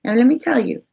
and let me tell you,